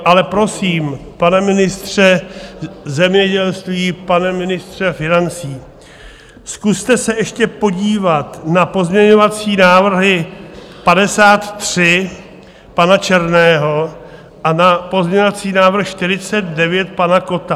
Ale prosím, pane ministře zemědělství, pane ministře financí, zkuste se ještě podívat na pozměňovací návrh 53 pana Černého a na pozměňovací návrh 49 pana Kotta.